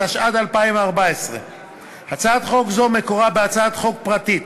התשע"ד 2014. הצעת חוק זו מקורה בהצעת חוק פרטית